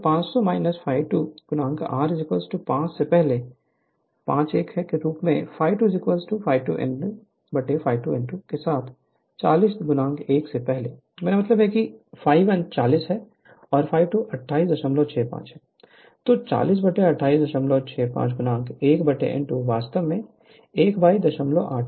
तो 500 ∅2 r 5 से पहले 5 1 1 के रूप में ∅2 n2 ∅1 n1 ∅2 n2 के समान 40 1 से पहले मेरा मतलब है ∅1 40 है ∅2 2865 है 40 2862 1 n2 वास्तव में 1 बाय 08